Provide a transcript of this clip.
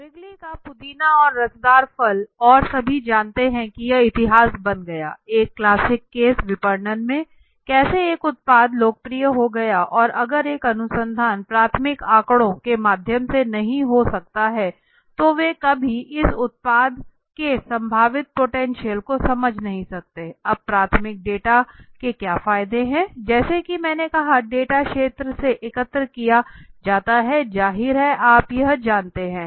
Wrigley का पुदीना और रसदार फल और सभी जानता है कि यह इतिहास बन गया एक क्लासिक केस विपणन में कैसे एक उत्पाद लोकप्रिय हो गया और अगर एक अनुसंधान प्राथमिक आंकड़ों के माध्यम से नहीं हो सकता है तो वे कभी इस उत्पाद के संभावित पोटेंशियल को समझ नहीं सकते अब प्राथमिक डेटा के क्या फायदे हैं जैसा कि मैंने कहा डेटा क्षेत्र से एकत्र किया जाता है जाहिर है आप यह जानते हैं